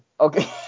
Okay